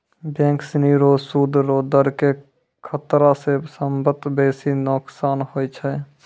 bank सिनी रो सूद रो दर के खतरा स सबसं बेसी नोकसान होय छै